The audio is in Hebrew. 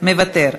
מוותר,